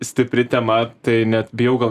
stipri tema tai net bijau gal